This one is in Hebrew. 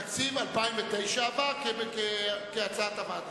תקציב 2009 עבר כהצעת הוועדה.